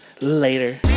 later